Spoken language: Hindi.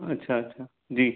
अच्छा जी